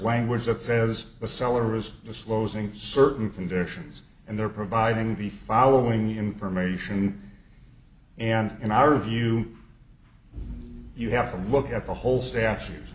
language that says a seller has the slows in certain conditions and they're providing the following information and in our view you have to look at the whole statues